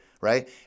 right